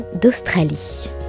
d'Australie